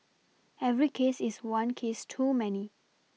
every case is one case too many